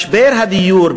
משבר הדיור,